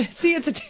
see, it's a.